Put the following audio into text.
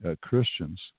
Christians